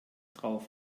drauf